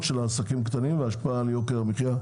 של העסקים הקטנים והשפעה על יוקר המחיה.